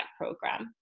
program